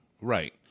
Right